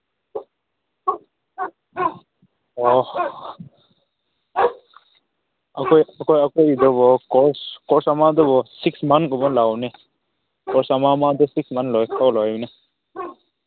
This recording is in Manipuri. ꯑꯣ ꯑꯩꯈꯣꯏ ꯑꯩꯈꯣꯏꯗꯕꯨ ꯀꯣꯔꯁ ꯀꯣꯔꯁ ꯑꯃꯗꯕꯨ ꯁꯤꯛꯁ ꯃꯟꯒꯨꯝꯕ ꯂꯧꯅꯤ ꯀꯣꯔꯁ ꯑꯃ ꯑꯃꯗ ꯁꯤꯛꯁ ꯃꯟ ꯂꯣꯏꯈ꯭ꯔꯣ ꯂꯣꯏꯕꯅꯤ